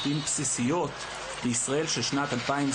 הבאת אותם על המסך וסיפרת את הסיפור שלהם.